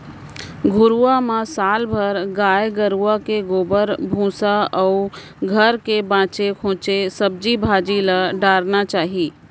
घुरूवा म साल भर गाय गरूवा के गोबर, भूसा अउ घर के बांचे खोंचे सब्जी भाजी ल डारना चाही